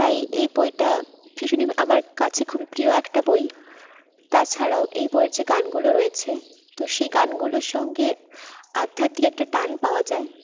তাই এই বইটা ভীষণই আমার কাছে খুবই প্রিয় একটা বই তাছাড়াও এই বইয়ের যে গানগুলো রয়েছে তো সেই গানগুলোর সঙ্গে আধ্যাত্মিক একটা টান পাওয়া যায়